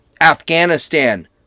Afghanistan